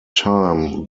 time